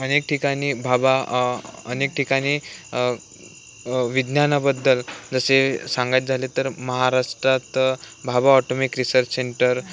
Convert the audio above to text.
अनेक ठिकाणी भाभा अनेक ठिकाणी विज्ञानाबद्दल जसे सांग आहेत झाले तर महाराष्ट्रात भाभा ऑटोमिक रिसर्च सेंटर